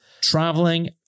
traveling